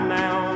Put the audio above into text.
now